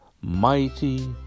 mighty